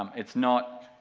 um it's not,